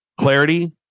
Clarity